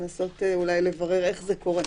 לנסות אולי לברר איך זה קורה.